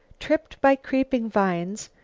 tripped by creeping vines,